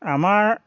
আমাৰ